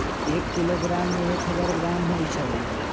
एक किलोग्राम में एक हजार ग्राम होई छई